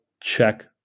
check